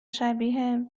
شبیه